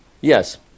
Yes